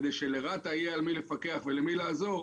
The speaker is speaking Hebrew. כדי שלרת"א יהיה על מי לפקח ולמי לעזור,